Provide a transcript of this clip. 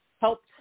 helped